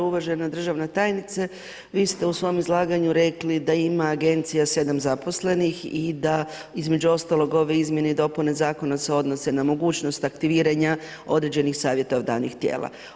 Uvažena državna tajnice, vi ste u svom izlaganju rekli da ima agencija 7 zaposlenih i da između ostalog ove izmjene i dopune zakona se odnose na mogućnost aktiviranja određenih savjetodavnih tijela.